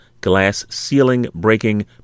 glass-ceiling-breaking